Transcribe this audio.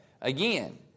Again